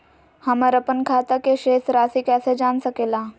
हमर अपन खाता के शेष रासि कैसे जान सके ला?